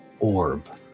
orb